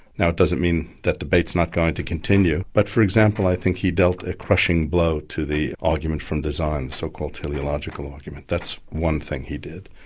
doesn't mean that debate's not going to continue, but for example, i think he dealt a crushing blow to the argument from design, the so-called teleological argument. that's one thing he did.